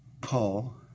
Paul